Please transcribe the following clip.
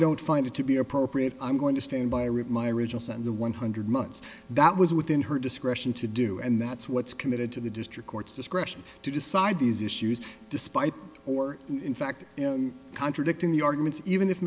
don't find it to be appropriate i'm going to stand by rip my originals and the one hundred months that was within her discretion to do and that's what's committed to the district court's discretion to decide these issues despite or in fact contradicting the arguments even if